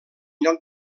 lloc